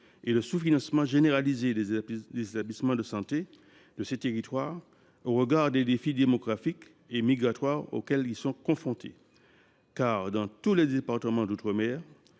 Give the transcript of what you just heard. et le sous financement généralisé des établissements de santé de ces territoires par rapport aux défis démographiques et migratoires auxquels ils sont confrontés. Dans tous les départements d’outre mer,